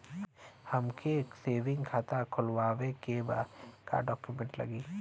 हमके सेविंग खाता खोलवावे के बा का डॉक्यूमेंट लागी?